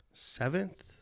seventh